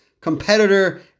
competitor